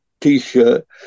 T-shirt